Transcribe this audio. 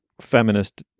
feminist